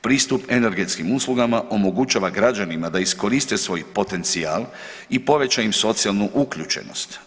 Pristup energetskim uslugama omogućava građanima da iskoriste svoj potencijal i poveća im socijalnu uključenost.